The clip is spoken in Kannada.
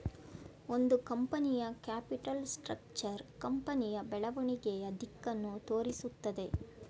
ಒಂದು ಕಂಪನಿಯ ಕ್ಯಾಪಿಟಲ್ ಸ್ಟ್ರಕ್ಚರ್ ಕಂಪನಿಯ ಬೆಳವಣಿಗೆಯ ದಿಕ್ಕನ್ನು ತೋರಿಸುತ್ತದೆ